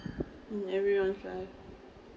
mm everyone dies